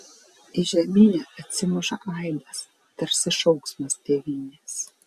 į žeminę atsimuša aidas tarsi šauksmas tėvynės